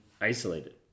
isolated